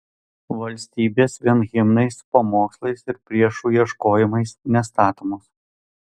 valstybės vien himnais pamokslais ir priešų ieškojimais nestatomos